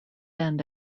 end